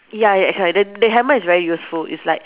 ya ya that's why then the hammer is very useful it's like